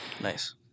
Nice